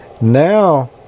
Now